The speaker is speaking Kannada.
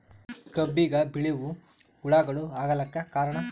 ಕಬ್ಬಿಗ ಬಿಳಿವು ಹುಳಾಗಳು ಆಗಲಕ್ಕ ಕಾರಣ?